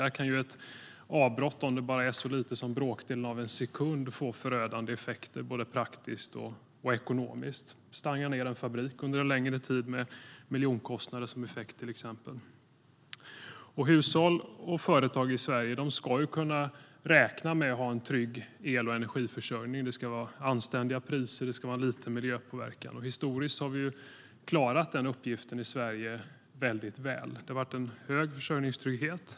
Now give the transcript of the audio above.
Där kan ett avbrott, om så bara för bråkdelen av en sekund, få förödande konsekvenser både praktiskt och ekonomiskt. Det kan till exempel stänga ned en fabrik under en längre tid med miljonkostnader som följd. Hushåll och företag i Sverige ska kunna räkna med en trygg el och energiförsörjning. Det ska vara anständiga priser och liten miljöpåverkan. Historiskt har vi i Sverige klarat den uppgiften väldigt väl. Det har varit hög försörjningstrygghet.